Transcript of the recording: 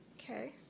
Okay